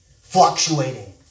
fluctuating